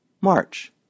March